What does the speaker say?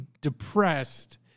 depressed